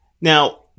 Now